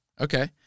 okay